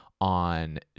on